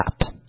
up